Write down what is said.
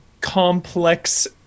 complex